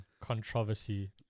Controversy